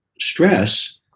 stress